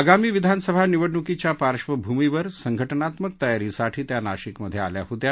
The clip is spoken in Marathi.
आगामी विधान सभा निवडणुकीच्या पार्शवभूमीवर संघटनात्मक तयारीसाठी त्या नाशिक मध्ये आल्या होत्या